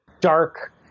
dark